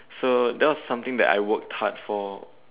so that was something that I worked hard for